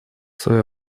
свое